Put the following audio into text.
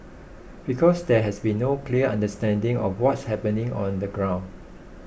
because there has been no clear understanding of what's happening on the ground